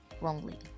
wrongly